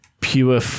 pure